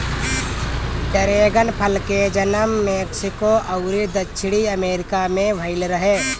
dragon फल के जनम मेक्सिको अउरी दक्षिणी अमेरिका में भईल रहे